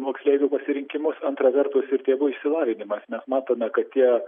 moksleivių pasirinkimus antra vertus ir tėvų išsilavinimas mes matome kad tie